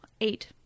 Eight